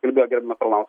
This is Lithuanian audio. kalbėjo gerbiamas arlauskas